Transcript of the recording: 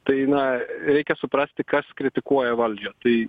tai na reikia suprasti kas kritikuoja valdžią tai